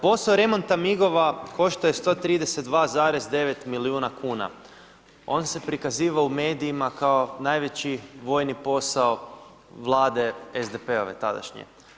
Posao remonta migova koštao je132,9 milijuna kuna, on se prikazivao u medijima kao najveći vojni posao Vlade SDP-ove tadašnje.